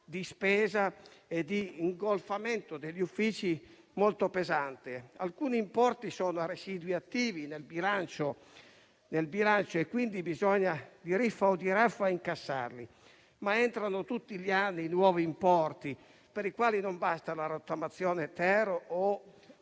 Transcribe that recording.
di spesa e di ingolfamento degli uffici molto pesante. Alcuni importi sono residui attivi nel bilancio e bisogna a tutti i costi incassarli, ma entrano tutti gli anni i nuovi importi, per i quali non basta una rottamazione-*ter* o